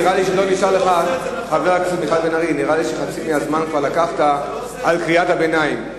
נראה לי שאת מחצית הזמן כבר לקחת על קריאת הביניים,